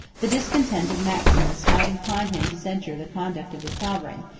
the discontent of maximus might incline him to censure the conduct of his sovereign,